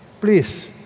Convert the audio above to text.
Please